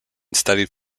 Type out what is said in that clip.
studied